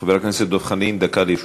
חבר הכנסת דב חנין, דקה לרשותך.